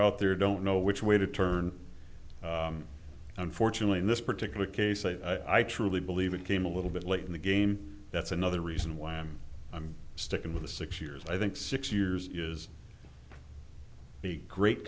out there don't know which way to turn unfortunately in this particular case a i truly believe it came a little bit late in the game that's another reason why i'm i'm sticking with the six years i think six years is the great